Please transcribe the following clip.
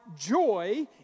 joy